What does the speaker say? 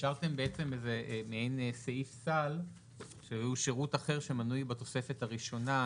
והשארתם מעין איזה סעיף סל שהוא שירות אחר שמנוי בתוספת הראשונה.